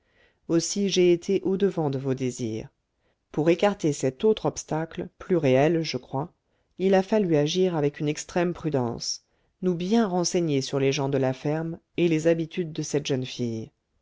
aussi j'ai été au-devant de vos désirs pour écarter cet autre obstacle plus réel je crois il a fallu agir avec une extrême prudence nous bien renseigner sur les gens de la ferme et les habitudes de cette jeune fille